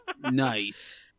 nice